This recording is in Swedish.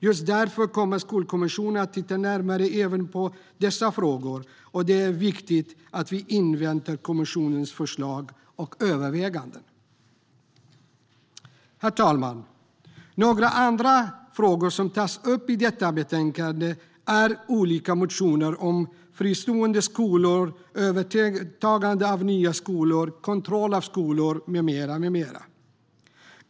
Just därför kommer Skolkommissionen att titta närmare även på dessa frågor. Det är viktigt att vi inväntar kommissionens förslag och överväganden. Herr talman! Några andra frågor som tas upp i detta betänkande är olika motioner om fristående skolor, övertagande av nya skolor, kontroll av skolor med mera.